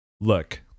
Look